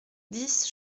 dix